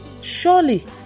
surely